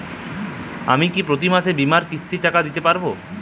আমি কি প্রতি মাসে বীমার কিস্তির টাকা দিতে পারবো?